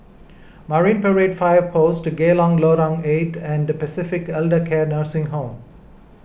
Marine Parade Fire Post Geylang Lorong eight and Pacific Elder Care Nursing Home